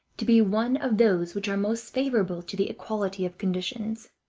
to be one of those which are most favorable to the equality of conditions.